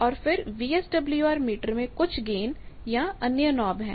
और अब VSWR meter में कुछ गेन या अन्य नॉब है